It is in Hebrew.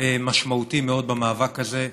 משמעותי מאוד במאבק הזה.